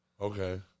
Okay